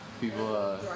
People